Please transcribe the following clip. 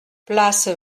place